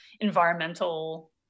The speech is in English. environmental